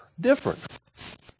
different